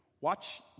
watch